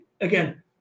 again